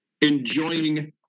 enjoying